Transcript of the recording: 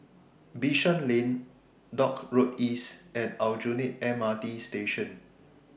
Bishan Lane Dock Road East and Aljunied MRT Station